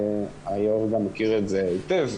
והיו"ר גם מכיר את זה היטב,